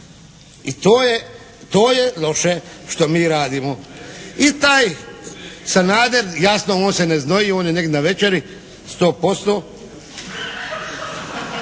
I to je loše što mi radimo. I taj Sanader jasno on se ne znoji on je negdi na večeri, 100%.